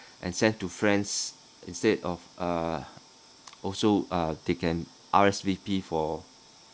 and send to friends instead of uh also uh they can R_S_V_P for